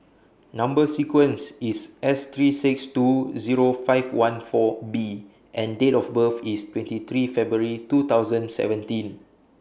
Number sequence IS S three six two Zero five one four B and Date of birth IS twenty three February two thousand seventeen